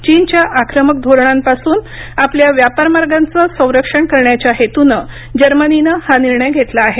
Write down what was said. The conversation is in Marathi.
चीनच्या आक्रमक धोरणांपासून आपल्या व्यापार मार्गांचं संरक्षण करण्याच्या हेतूनं जर्मनीनं हा निर्णय घेतला आहे